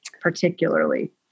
particularly